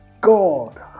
God